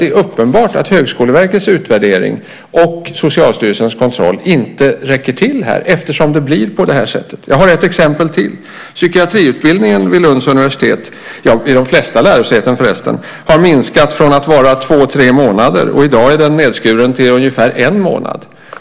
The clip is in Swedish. Det är uppenbart att Högskoleverkets utvärdering och Socialstyrelsens kontroll inte räcker till eftersom det blir på det här sättet. Jag har ett exempel till. Psykiatriutbildningen vid Lunds universitet, ja vid de flesta lärosäten förresten, har minskat från att vara två tre månader till ungefär en månad.